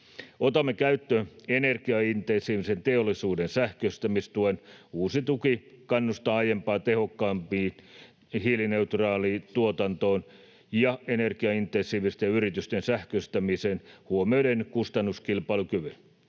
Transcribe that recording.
Otamme käyttöön energiaintensiivisen teollisuuden sähköistämistuen. Uusi tuki kannustaa aiempaa tehokkaammin hiilineutraaliin tuotantoon ja energiaintensiivisten yritysten sähköistämiseen huomioiden kustannuskilpailukyvyn.